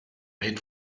made